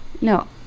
No